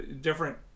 different